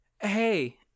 hey